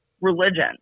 religion